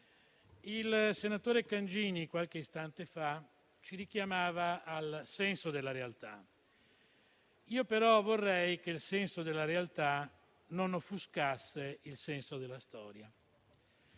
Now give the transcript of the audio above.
il senatore Cangini ci richiamava al senso della realtà; io però vorrei che il senso della realtà non offuscasse il senso della storia.